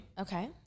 Okay